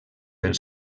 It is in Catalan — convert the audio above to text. els